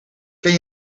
ken